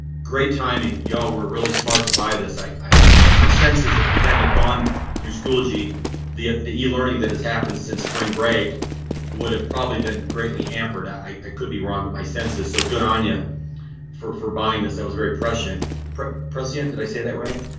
great timing, y'all were really smart to buy this. i i. my sense is if we had and not gone through schoology the the e learning that has happened since spring break would have probably been greatly hampered. ah i could be wrong with my sense is so good on ya for for buying this, that was very prescient precedent that i say that right?